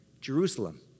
Jerusalem